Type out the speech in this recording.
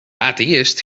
atheïst